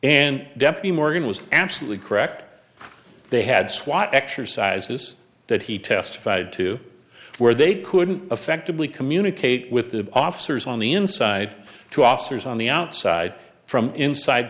deputy morgan was absolutely correct they had swat exercises that he testified to where they couldn't affectively communicate with the officers on the inside to officers on the outside from inside